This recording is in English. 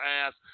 ass